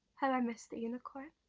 how i missed the unicorn!